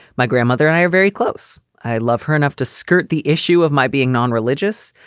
my grandmother and i are very close. i love her enough to skirt the issue of my being non-religious.